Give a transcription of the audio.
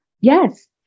yes